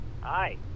Hi